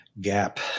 Gap